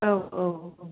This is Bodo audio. औ औ